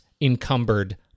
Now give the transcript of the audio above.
encumbered